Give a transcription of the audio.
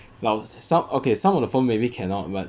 老 some okay some of the form maybe cannot but